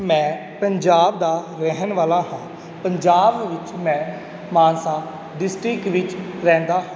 ਮੈਂ ਪੰਜਾਬ ਦਾ ਰਹਿਣ ਵਾਲਾ ਹਾਂ ਪੰਜਾਬ ਦੇ ਵਿੱਚ ਮੈਂ ਮਾਨਸਾ ਡਿਸਟਰਿਕਟ ਵਿੱਚ ਰਹਿੰਦਾ